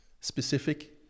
specific